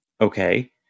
Okay